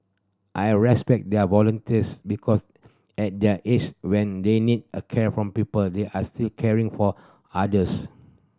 I respect their volunteers because at their age when they need care from people they are still caring for others